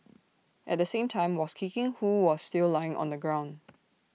at the same time was kicking who was still lying on the ground